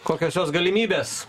kokios jos galimybės